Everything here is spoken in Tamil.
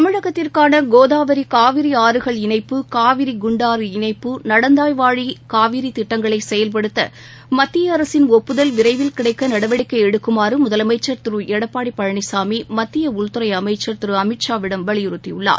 தமிழகத்திற்கான கோதாவரி காவிரி ஆறுகள் இணைப்பு காவிரி குண்டாறு இணைப்பு நடந்தாய் வாழி காவிரித் திட்டங்களை செயல்படுத்த மத்திய அரசின் ஒப்புதல் விரைவில் கிடைக்க நடவடிக்கை எடுக்குமாறு முதலமைச்சர் திரு எடப்பாடி பழனிசாமி மத்திய உள்துறை அமைச்சர் திரு அமித் ஷா விடம் வலியுறுத்தியுள்ளார்